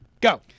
Go